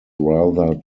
rather